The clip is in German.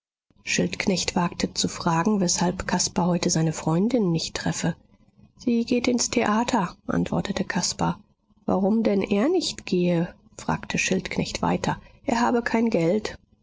wagte zu fragen weshalb caspar heute seine freundin nicht treffe sie geht ins theater antwortete caspar warum denn er nicht gehe fragte schildknecht weiter er habe kein geld